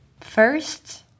First